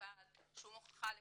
מהבעל שום הוכחה לכך,